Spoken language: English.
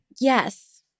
Yes